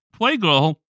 Playgirl